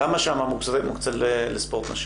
כמה שם מוקצה לספורט נשים?